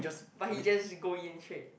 but he just go in straight